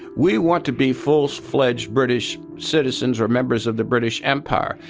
we want to be full-fledged british citizens or members of the british empire.